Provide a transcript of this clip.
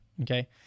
Okay